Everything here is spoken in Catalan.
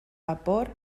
vapor